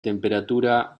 temperatura